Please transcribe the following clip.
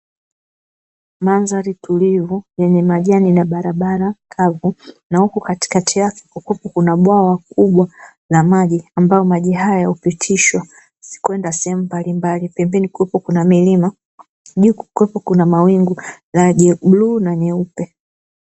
Mandhari tulivu yenye majani na barabara kavu na huku katikati yake kukiwepo kuna bwawa kubwa la maji ambapo maji haya hupitishwa kwenda sehemu mbalimbali, pembeni kukiwepo kuna milima, juu kukiwepo kuna mawingu la bluu na jeupe.